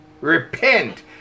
repent